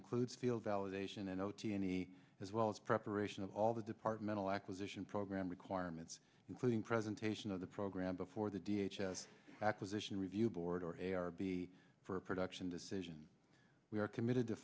includes field validation and o t any as well as preparation of all the departmental acquisition program requirements including presentation of the program before the d h l acquisition review board or a or b for a production decision we are committed to